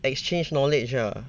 exchange knowledge lah